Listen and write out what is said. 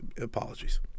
Apologies